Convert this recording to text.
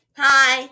hi